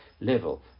level